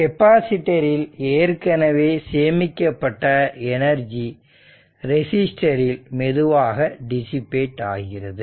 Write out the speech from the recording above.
எனவே கெப்பாசிட்டர் இல் ஏற்கனவே சேமிக்கப்பட்ட எனர்ஜி ரெசிஸ்டர் இல் மெதுவாக டிசிபேட் ஆகிறது